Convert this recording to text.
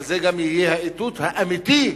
אבל זה גם יהיה האיתות האמיתי,